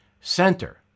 center